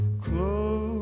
close